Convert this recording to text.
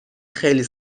خیلی